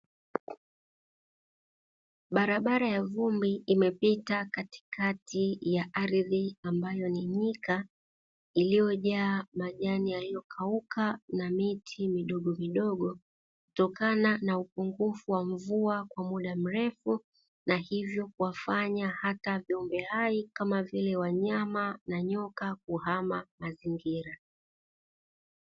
Barabara ya vumbi imepita katikati ya ardhi ambayo ni nyika iliyojaa majani yaliyokauka na miti midogomidogo, kutokana na upungufu wa mvua kwa muda mrefu na hivyo kuwafanya hata viumbe hai kama vile wanyama na nyoka kuhama mazingira.